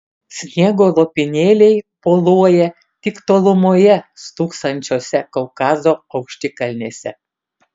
sniego lopinėliai boluoja tik tolumoje stūksančiose kaukazo aukštikalnėse